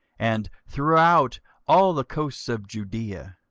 and throughout all the coasts of judaea,